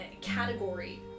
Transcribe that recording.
category